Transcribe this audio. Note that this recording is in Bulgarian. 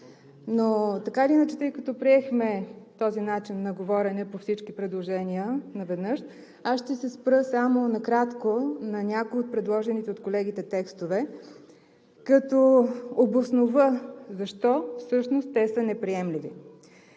Но, така или иначе, тъй като приехме този начин на говорене по всички предложения наведнъж, аз ще се спра само накратко на някои от предложените от колегите текстове, като обоснова защо всъщност те са неприемливи.